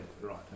Right